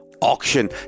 auction